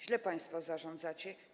Źle państwo zarządzacie.